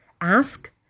Ask